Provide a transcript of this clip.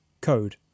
code